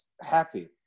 happy